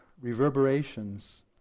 reverberations